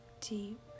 deep